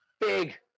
big